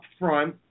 upfront